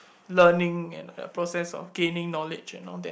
learning and the process of gaining knowledge and all that